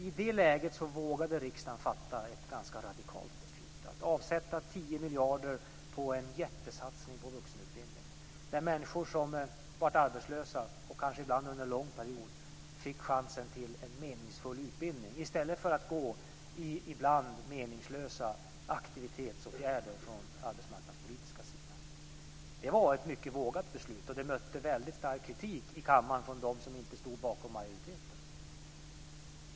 I det läget vågade riksdagen fatta det ganska radikala beslutet att avsätta 10 miljarder till en jättesatsning på vuxenutbildning där människor som blev arbetslösa, ibland kanske under en lång period, fick chansen till en meningsfull utbildning i stället för att vara i ibland meningslösa aktivitetsåtgärder från den arbetsmarknadspolitiska sidan. Det var ett mycket vågat beslut som mötte stark kritik i kammaren från dem som inte stod bakom majoriteten.